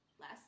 less